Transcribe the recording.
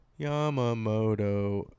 Yamamoto